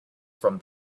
from